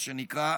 מה שנקרא,